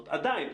עדיין,